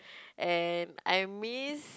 and I miss